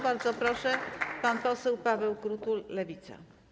Bardzo proszę, pan poseł Paweł Krutul, Lewica.